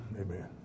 Amen